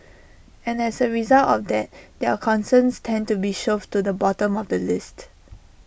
and as A result of that their concerns tend to be shoved to the bottom of the list